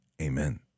amen